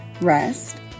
rest